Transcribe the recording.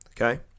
Okay